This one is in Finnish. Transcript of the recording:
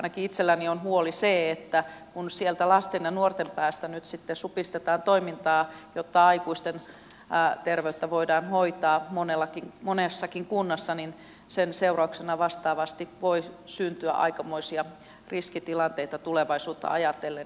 ainakin itselläni on huoli se että kun sieltä lasten ja nuorten päästä nyt supistetaan toimintaa jotta aikuisten terveyttä voidaan hoitaa monessakin kunnassa niin sen seurauksena vastaavasti voi syntyä aikamoisia riskitilanteita tulevaisuutta ajatellen